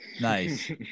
Nice